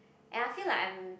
and I feel like I'm